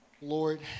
Lord